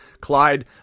Clyde